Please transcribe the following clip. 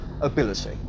ability